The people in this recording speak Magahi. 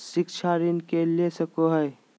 शिक्षा ऋण के ले सको है?